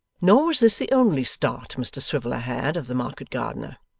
nor was this the only start mr swiveller had of the market-gardener,